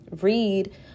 read